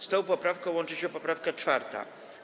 Z tą poprawką łączy się poprawka 4.